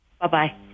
Bye-bye